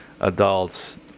adults